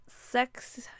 sex